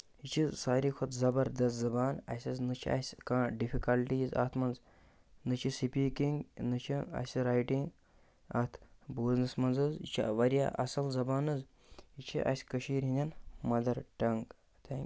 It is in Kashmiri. یہِ چھِ ساروے کھۄتہٕ زبردست زبان اَسہِ حظ نہٕ چھِ اَسہِ کانٛہہ ڈِفکَلٹیٖز اَتھ منٛز نَہ چھِ سٕپیٖکِنٛگ نَہ چھِ اَسہِ رایٹِنٛگ اَتھ بوزنَس منٛز حظ یہِ چھِ واریاہ اَصٕل زبان حظ یہِ چھِ اَسہِ کٔشیٖرِ ہِنٛدٮ۪ن مَدر ٹنٛگ